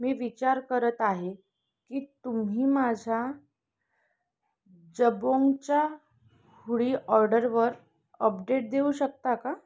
मी विचार करत आहे की तुम्ही माझ्या जबोंगच्या हुळी ऑर्डरवर अपडेट देऊ शकता का